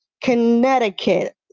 Connecticut